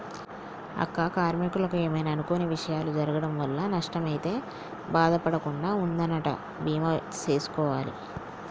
అక్క కార్మీకులకు ఏమైనా అనుకొని విషయాలు జరగటం వల్ల నష్టం అయితే బాధ పడకుండా ఉందనంటా బీమా సేసుకోవాలి